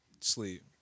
Sleep